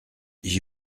j’y